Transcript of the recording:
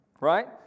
Right